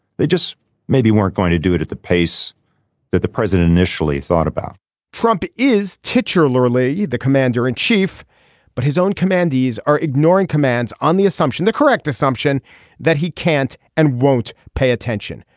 they just maybe weren't going to do it at the pace that the president initially thought about trump is teacher laura lee the commander in chief but his own commanders are ignoring commands on the assumption the correct assumption that he can't and won't pay attention.